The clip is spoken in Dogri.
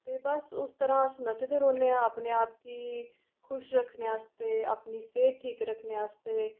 ते बस इस तरह् अस नचदे रौह्न्ने आं कन्नै अपने आप गी खुश रक्खने आस्तै अपनी सेह्त ठीक रक्खने आस्तै